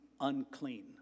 unclean